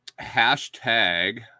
hashtag